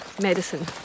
medicine